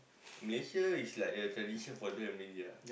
Malaysia is like a tradition for them already ah